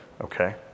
okay